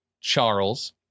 Charles